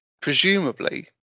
Presumably